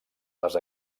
les